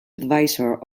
advisor